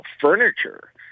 furniture